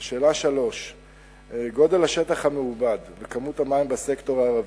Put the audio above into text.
3. גודל השטח המעובד וכמות המים בסקטור הערבי.